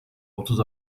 otuz